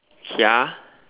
Kia